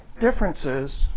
differences